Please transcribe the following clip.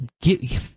get